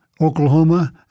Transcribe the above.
Oklahoma